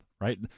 right